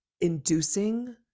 inducing